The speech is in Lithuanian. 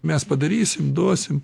mes padarysim duosim